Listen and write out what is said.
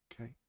okay